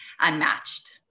unmatched